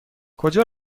کجا